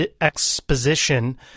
Exposition